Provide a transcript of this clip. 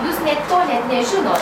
jūs net to net nežinot